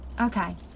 Okay